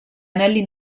anelli